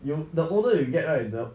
you the older you get right the